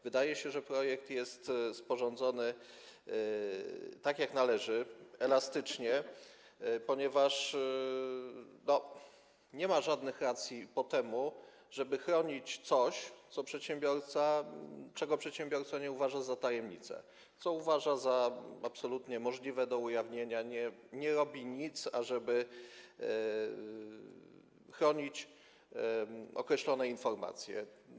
Wydaje się, że projekt jest sporządzony tak, jak należy, elastycznie, ponieważ nie ma żadnych racji po temu, żeby chronić coś, czego przedsiębiorca nie uważa za tajemnicę, co uważa za absolutnie możliwe do ujawnienia, nie robi nic, ażeby chronić określone informacje.